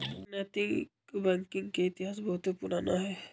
नैतिक बैंकिंग के इतिहास बहुते पुरान हइ